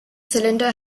cylinder